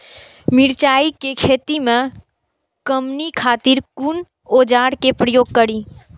मिरचाई के खेती में कमनी खातिर कुन औजार के प्रयोग करी?